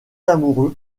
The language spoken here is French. amoureux